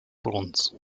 bruns